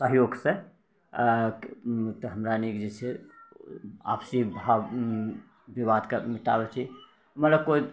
सहयोग सँ त हमराअनी के जे छै आपसी भाव विवाद के निपटाबै छी मतलब कोइ